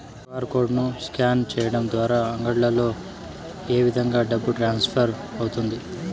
QR code ను scan సేయడం ద్వారా అంగడ్లలో ఏ విధంగా డబ్బు ట్రాన్స్ఫర్ అవుతుంది